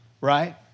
right